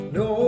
no